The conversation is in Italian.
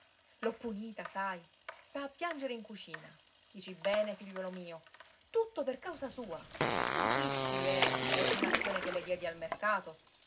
l'ho punita sai sta a piangere in cucina dici bene figliuolo mio tutto per causa sua sentisti jeri l'ordinazione che le diedi al mercato